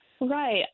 Right